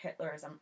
Hitlerism